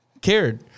cared